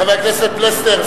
חבר הכנסת פלסנר,